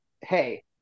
Hey